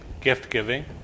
gift-giving